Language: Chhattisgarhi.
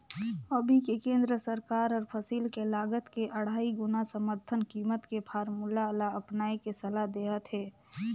अभी के केन्द्र सरकार हर फसिल के लागत के अढ़ाई गुना समरथन कीमत के फारमुला ल अपनाए के सलाह देहत हे